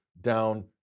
down